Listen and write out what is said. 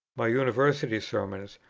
my university sermons,